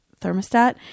thermostat